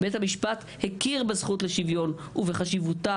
בית המשפט הכיר בזכות לשוויון ובחשיבותה,